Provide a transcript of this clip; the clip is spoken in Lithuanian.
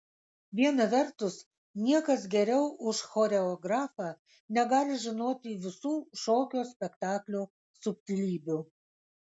viena vertus niekas geriau už choreografą negali žinoti visų šokio spektaklio subtilybių